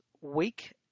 week